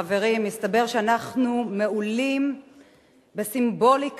חברים, מסתבר שאנחנו מעולים בסימבוליקה.